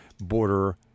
border